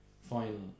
Final